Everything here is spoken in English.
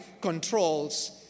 controls